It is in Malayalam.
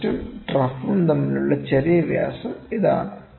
ക്രെസ്റ്റും ട്രൌഫും തമ്മിലുള്ള ചെറിയ വ്യാസം ഇതാണ്